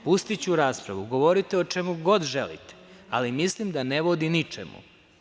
Pustiću raspravu, govorite o čemu god želite, ali mislim da ne vodi ničemu.